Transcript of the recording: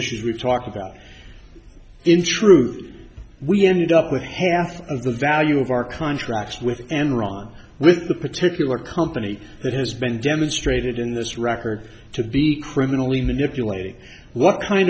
issues we talk about in truth we ended up with half of the value of our contracts with enron with the particular company that has been demonstrated in this record to be criminally manipulating what kind